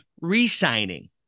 re-signing